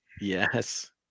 Yes